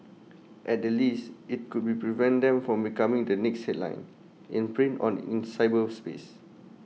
at the least IT could be prevent them from becoming the next headline in print or in cyberspace